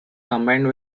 combined